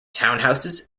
townhouses